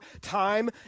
time